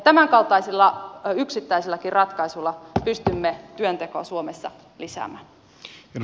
tämänkaltaisilla yksittäisilläkin ratkaisuilla pystymme työntekoa suomessa lisäämään